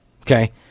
Okay